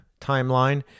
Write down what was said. timeline